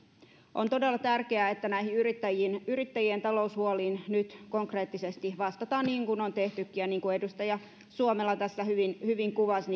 on todella tärkeää että näihin yrittäjien taloushuoliin nyt konkreettisesti vastataan niin kuin on tehtykin ja niin kuin edustaja suomela tässä hyvin hyvin kuvasi